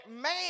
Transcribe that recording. man